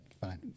fine